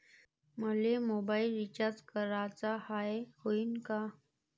मले mobile recharge कराचा हाय, होईनं का?